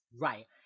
Right